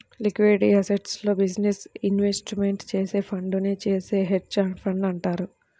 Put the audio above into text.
liquid అసెట్స్లో business investment చేసే ఫండునే చేసే హెడ్జ్ ఫండ్ అంటారు